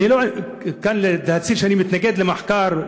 לא שאני מתנגד למחקר,